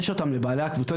יש אותן לבעלי הקבוצות,